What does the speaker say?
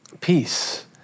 peace